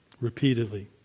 repeatedly